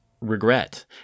regret